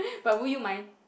but would you mind